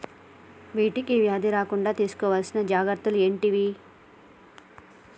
వీటికి వ్యాధి రాకుండా తీసుకోవాల్సిన జాగ్రత్తలు ఏంటియి?